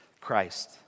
Christ